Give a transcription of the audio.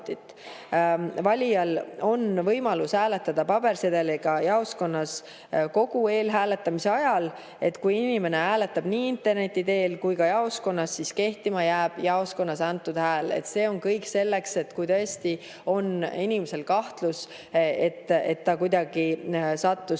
Valijal on võimalus hääletada ka pabersedeliga jaoskonnas kogu eelhääletamise ajal. Kui inimene hääletab nii interneti teel kui ka jaoskonnas, siis kehtima jääb jaoskonnas antud hääl. See on kõik selleks, kui tõesti on inimesel kahtlus, et ta kuidagi sattus